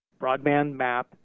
Broadbandmap